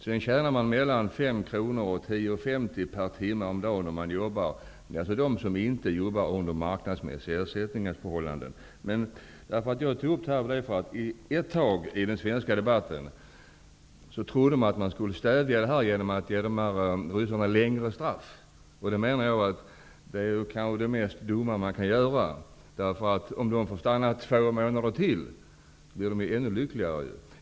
Vidare tjänar man mellan 5 kr och 10:50 kr per timme om man jobbar och inte har marknadsmässig ersättning. Anledningen till att jag tagit upp frågan är att man ett tag i den svenska debatten trodde att man skulle komma till rätta med förhållandena genom att utmäta längre straff. Men jag menar nog att det är det dummaste man kan göra. Den som får stanna två månader till blir ju ännu lyckligare.